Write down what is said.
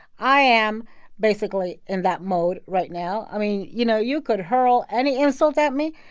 i am basically in that mode right now. i mean, you know, you could hurl any insult at me,